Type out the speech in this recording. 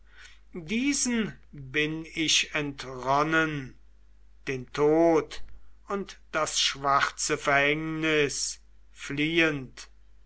diesen bin ich entronnen den tod und das schwarze verhängnis fliehend